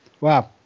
wow